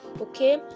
okay